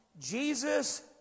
Jesus